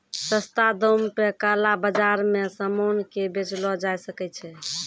सस्ता दाम पे काला बाजार मे सामान के बेचलो जाय सकै छै